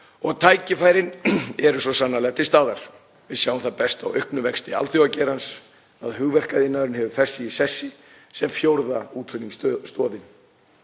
Og tækifærin eru svo sannarlega til staðar. Við sjáum það best á auknum vexti alþjóðageirans að hugverkaiðnaðurinn hefur fest sig í sessi sem fjórða útflutningsstoðin.